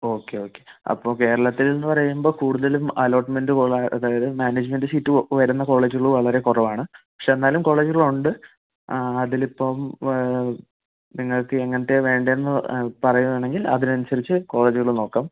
okay okay അപ്പൊൾ കേരളത്തിൽ എന്ന് പറയുമ്പോൾ കുടുതലും അലോട്ട്മെൻ്റ് പോലെ അതായത് മാനേജ്മന്റ് സിറ്റ് വരുന്ന വളരെ കുറവാണ് പക്ഷേ എന്നാലും കോളേജുകൾ ഉണ്ട് ആ അതില് ഇപ്പം നിങ്ങൾക്ക് എങ്ങനത്തെ വേണ്ടന്ന് പറഞ്ഞാല് പറയുവാണെങ്കിൽ അതിന് അനുസരിച്ച് കോളേജുകള് നോക്കാം